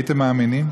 הייתם מאמינים?